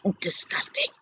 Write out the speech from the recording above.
disgusting